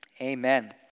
amen